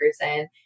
person